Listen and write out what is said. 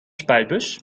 spuitbus